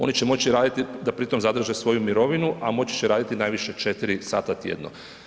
Oni će moći raditi da pri tome zadrže svoju mirovinu a moći će raditi najviše 4 sata tjedno.